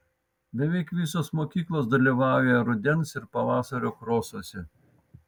beveik visos mokyklos dalyvauja rudens ir pavasario krosuose